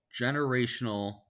generational